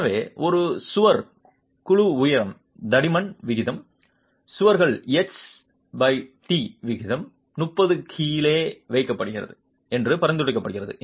எனவே அது சுவர் குழு உயரம் தடிமன் விகிதம் சுவர்கள் எச்டி விகிதம் 30 கீழே வைக்கப்படுகிறது என்று பரிந்துரைக்கப்படுகிறது